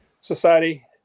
society